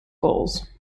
goals